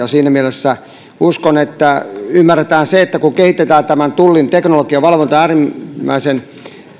siinä mielessä uskon että ymmärretään se että kun kehitetään tullin teknologiavalvonta äärimmäisen